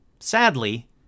Sadly